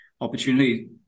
opportunity